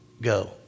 Go